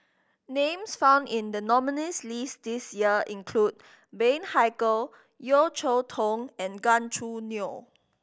names found in the nominees' list this year include Bani Haykal Yeo Cheow Tong and Gan Choo Neo